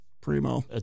Primo